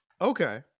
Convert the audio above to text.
Okay